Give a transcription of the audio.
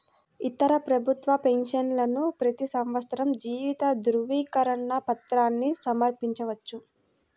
ఇతర ప్రభుత్వ పెన్షనర్లు ప్రతి సంవత్సరం జీవిత ధృవీకరణ పత్రాన్ని సమర్పించవచ్చు